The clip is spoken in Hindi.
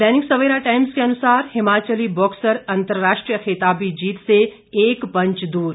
दैनिक सवेरा टाईम्स के अनुसार हिमाचली बॉक्सर अंतर्राष्ट्रीय खिताबी जीत से एक पंच दूर